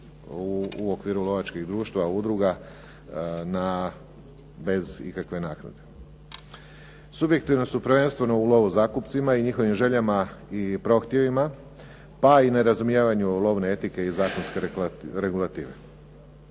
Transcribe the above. u okviru lovačkih društava, udruga bez ikakve naknade. Subjektivno su prvenstveno u lovu zakupcima i njihovim željama i prohtjevima, pa i nerazumijevanju lovne etike i zakonskoj regulativi.